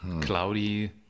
cloudy